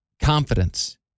Confidence